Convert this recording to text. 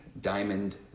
diamond